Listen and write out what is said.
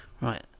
Right